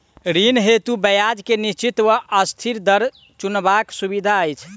ऋण हेतु ब्याज केँ निश्चित वा अस्थिर दर चुनबाक सुविधा अछि